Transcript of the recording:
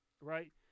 right